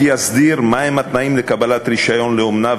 החוק יסדיר את התנאים לקבלת רישיון לאומנה,